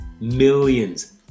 Millions